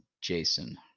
Jason